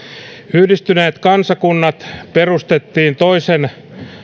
yhdistyneet kansakunnat perustettiin toisen